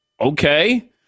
Okay